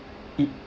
it